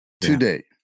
Today